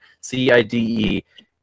C-I-D-E